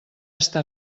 està